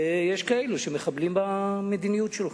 ויש כאלה שמחבלים במדיניות שלך.